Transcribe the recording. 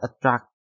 attract